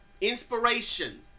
inspiration